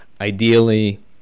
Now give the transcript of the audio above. Ideally